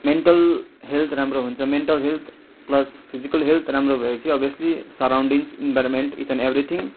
mental health राम्रो हुन्छ mental health plus physical health राम्रो भएपछि obviously surroundings environment is and everything